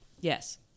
Yes